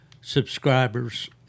subscribers